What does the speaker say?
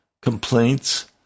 complaints